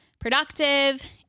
productive